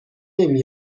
نمی